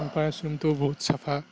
conference ৰুমটোও বহুত চাফা